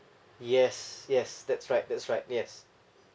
yes yes that's right that's right yes